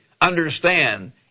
Understand